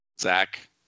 Zach